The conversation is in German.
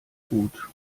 gut